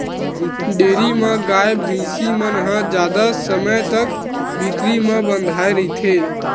dairy म गाय, भइसी मन ह जादा समे तक भीतरी म बंधाए रहिथे